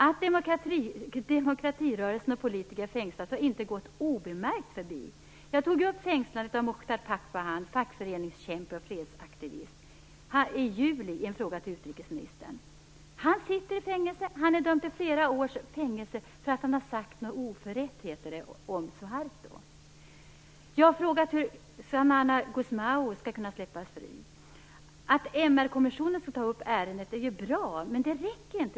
Att demokratirörelsens politiker fängslats har inte gått obemärkt förbi. Jag tog upp fängslandet av Muchtar Pakpahan, fackföreningskämpe och fredsaktivist, i en fråga till utrikesministern i juli. Han sitter i fängelse. Han är dömd till flera års fängelse för någonting han sagt om Suharto. Jag har frågat hur Xanana Gusmão skall kunna släppas fri. Att MR-kommissionen skall ta upp ärendet är ju bra, men det räcker inte.